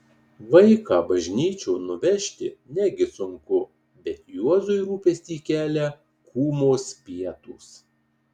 vaiką bažnyčion nuvežti negi sunku bet juozui rūpestį kelia kūmos pietūs